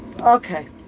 Okay